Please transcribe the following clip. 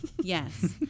Yes